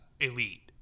elite